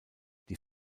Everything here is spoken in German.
die